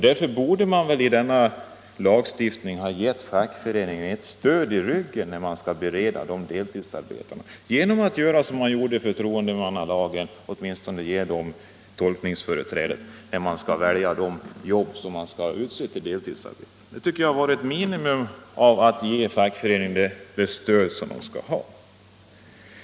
Därför borde denna lagstiftning ha gett fackföreningen ett stöd i ryggen när det gäller att bereda deltidsarbeten, åtminstone genom att som i förtroendemannalagen ge fackföreningen tolkningsföreträde i valet av jobb som skall bli deltdsarbeten. Det borde vara de minimum av stöd som fackföreningen skall ha.